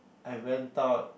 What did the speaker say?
I went out